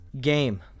game